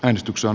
äänestyksen